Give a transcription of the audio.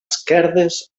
esquerdes